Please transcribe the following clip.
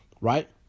right